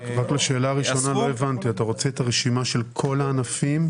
לשאלה הראשונה - אתה רוצה את רשימת כל הענפים?